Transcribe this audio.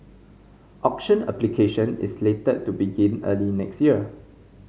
auction application is slated to begin early next year